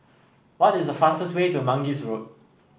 what is the fastest way to Mangis Road